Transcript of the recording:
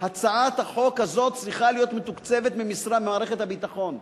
הצעת החוק הזאת צריכה להיות מתוקצבת ממערכת הביטחון,